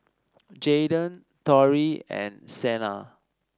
Jaiden Torrie and Sena